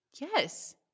yes